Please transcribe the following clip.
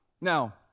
Now